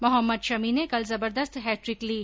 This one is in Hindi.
मोहम्मद शमी ने कल जबरदस्त हैट्रिक ली